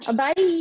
bye